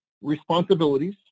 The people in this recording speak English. responsibilities